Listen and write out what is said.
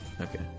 Okay